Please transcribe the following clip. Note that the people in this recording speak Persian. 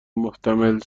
متحمل